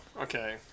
okay